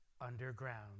underground